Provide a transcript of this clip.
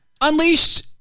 Unleashed